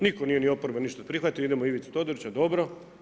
Nitko nije ni oporba ništa prihvatila, idemo Ivica Todorića, dobro.